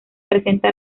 presenta